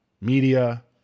media